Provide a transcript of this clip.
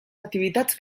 activitats